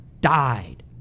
died